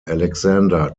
alexander